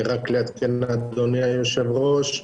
רק לעדכן, אדוני היושב ראש,